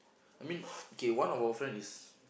I mean K one of our friend is